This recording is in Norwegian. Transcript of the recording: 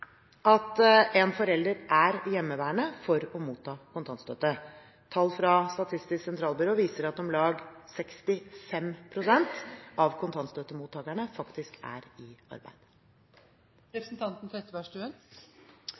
at en forelder er hjemmeværende for å motta kontantstøtte. Tall fra Statistisk sentralbyrå viser at om lag 65 pst. av kontantstøttemottakerne faktisk er i arbeid.